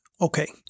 Okay